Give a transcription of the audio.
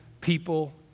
people